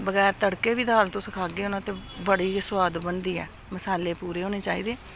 बगैर तड़के बी दाल तुस खाह्गे ओ ना ते बड़ी गै सोआद बनदी ऐ मसाले पूरे होने चाहिदे